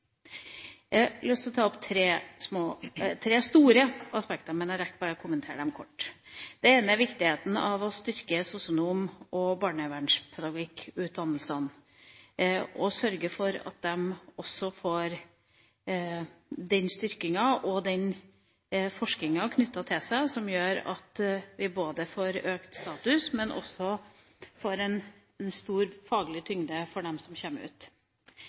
Jeg har lyst til å ta opp tre store aspekter, men jeg rekker bare å kommentere dem kort. Det ene er viktigheten av å styrke sosionom- og barnevernspedagogutdannelsene og sørge for at de også får den styrkinga og den forskninga knyttet til seg som gjør at vi får økt statusen, men også at de som kommer ut, får en stor faglig tyngde. Derfor har Venstre gått inn for forslaget som